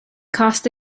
cost